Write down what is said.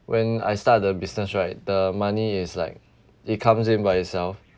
when I start the business right the money is like it comes in by itself